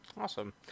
Awesome